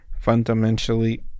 fundamentally